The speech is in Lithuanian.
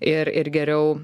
ir ir geriau